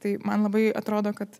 tai man labai atrodo kad